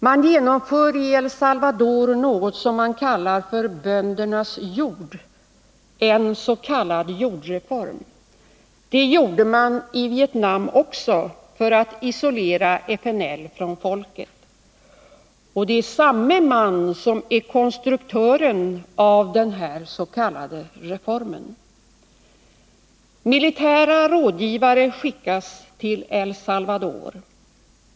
Man genomför i El Salvador något som kallas ”böndernas jord” — en s.k. jordreform. Det gjorde mani Vietnam också för att isolera FNL från folket. Och det är samme man som är konstruktören av denna s.k. reform. Militära rådgivare skickas till El Salvador.